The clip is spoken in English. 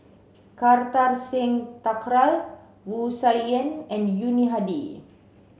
Kartar Singh Thakral Wu Tsai Yen and Yuni Hadi